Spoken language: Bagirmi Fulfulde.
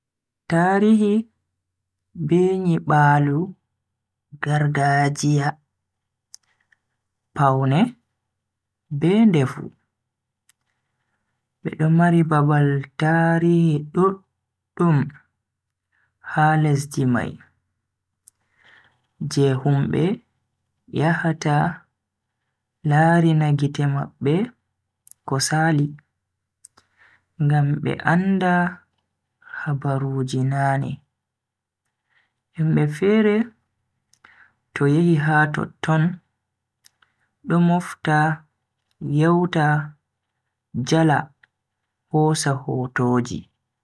Tarahi be nyibaalu gargajiya, pawne be ndefu. Be do mari babal tarihi duudum ha lesdi mai je humbe yahata larina gite mabbe ko Sali ngam be anda habaruji nane, himbe fere to yehi ha totton do mofta yewta jala hosa hotoji.